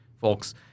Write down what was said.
folks